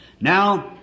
Now